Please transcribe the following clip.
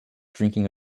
drinking